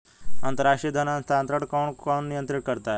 अंतर्राष्ट्रीय धन हस्तांतरण को कौन नियंत्रित करता है?